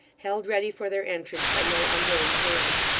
held ready for their entrance by no unwilling hands.